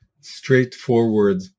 straightforward